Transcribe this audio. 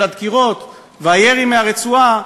של הדקירות והירי מהרצועה,